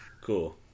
Cool